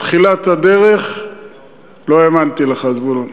בתחילת הדרך לא האמנתי לך, זבולון.